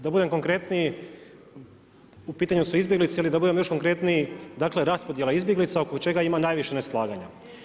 Da budem konkretniji, u pitanju su izbjeglice ili da budem još konkretniji dakle raspodjela izbjeglica oko čega ima najviše neslaganja.